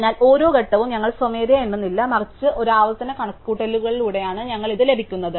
അതിനാൽ ഓരോ ഘട്ടവും ഞങ്ങൾ സ്വമേധയാ എണ്ണുന്നില്ല മറിച്ച് ഒരു ആവർത്തന കണക്കുകൂട്ടലിലൂടെയാണ് ഞങ്ങൾക്ക് ഇത് ലഭിക്കുന്നത്